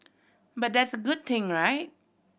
but that's good thing right